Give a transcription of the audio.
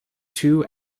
two